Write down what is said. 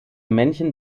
männchen